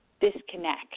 disconnect